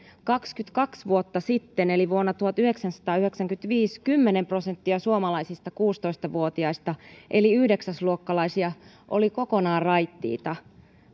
kaksikymmentäkaksi vuotta sitten eli vuonna tuhatyhdeksänsataayhdeksänkymmentäviisi kymmenen prosenttia suomalaisista kuusitoista vuotiaista eli yhdeksäs luokkalaisista oli kokonaan raittiita